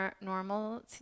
normal